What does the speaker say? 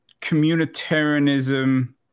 communitarianism